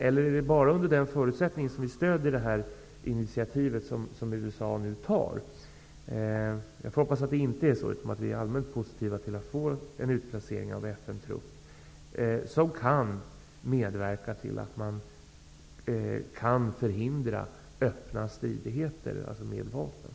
Eller är det bara under den förutsättningen som vi stöder det initiativ som USA nu tar? Jag hoppas att det inte är så, utan att vi är allmänt positiva till en utplacering av en FN-trupp, som kan medverka till att förhindra öppna strider med vapen.